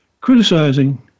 criticizing